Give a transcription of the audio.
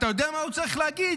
אתה יודע מה הוא צריך להגיד?